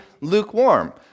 lukewarm